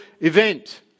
event